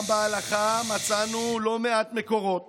גם בהלכה מצאנו לא מעט מקורות